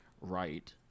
right